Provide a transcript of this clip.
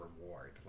reward